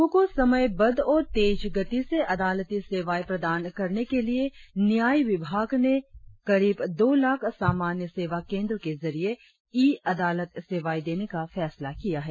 आम लोगों को समयबद्ध और तेज गति से अदालती सेवाएं प्रदान करने के लिए न्याय विभाग ने करीब दो लाख सामान्य सेवा केंद्रों के जरिए ई अदालत सेवाएं देने का फैसला किया है